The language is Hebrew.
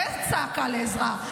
זו צעקה לעזרה,